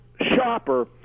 shopper